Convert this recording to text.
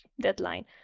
deadline